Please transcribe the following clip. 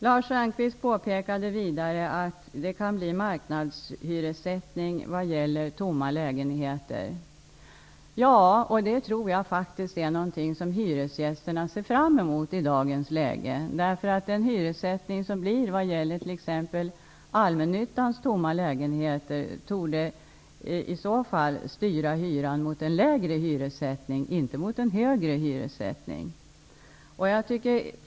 Lars Stjernkvist påpekade vidare att det kan bli marknadshyressättning vad gäller tomma lägenheter. Ja, och det tror jag är någonting som hyresgästerna i dagens läge ser fram emot. Den hyressättning som sker vad gäller t.ex. Allmännyttans tomma lägenheter torde i så fall styra hyran mot en lägre hyressättning och inte mot en högre hyressättning.